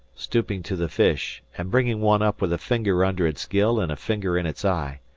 stooping to the fish, and bringing one up with a finger under its gill and a finger in its eyes.